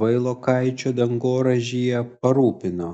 vailokaičio dangoraižyje parūpino